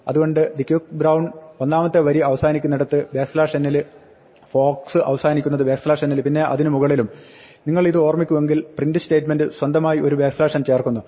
അതുകൊണ്ട് the quick brown ഒന്നാമത്തെ വരി അവസാനിക്കുന്നത് n ൽ fox അസവാനിക്കുന്നത് n ൽ പിന്നെ അതിനുമുകളിലും നിങ്ങൾ ഓർമ്മിക്കുമെങ്കിൽ പ്രിന്റ് സ്റ്റേറ്റ്മെന്റ് സ്വന്തമായി ഒരു n ചേർക്കുന്നു